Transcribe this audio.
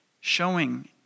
Showing